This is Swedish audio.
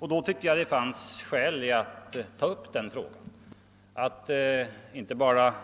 Jag tyckte därför att det fanns skäl att ta upp denna fråga inte bara